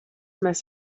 mēs